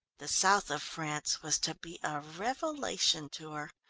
the south of france was to be a revelation to her.